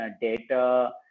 data